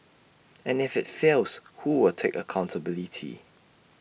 and if IT fails who will take accountability